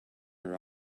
her